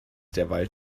derweil